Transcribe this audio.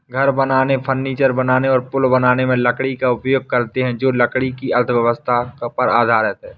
घर बनाने, फर्नीचर बनाने और पुल बनाने में लकड़ी का उपयोग करते हैं जो लकड़ी की अर्थव्यवस्था पर आधारित है